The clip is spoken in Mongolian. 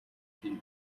хийв